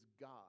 God